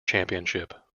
championship